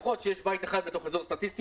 יכול להיות שיש בית אחד בתור אזור סטטיסטי